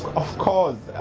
of course,